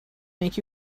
make